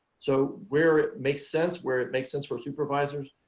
so where it makes sense where it makes sense for supervisors,